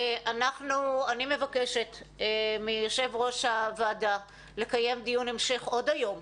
אני מבקשת מיושב ראש הוועדה לקיים דיון המשך עוד היום,